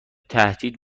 تهدید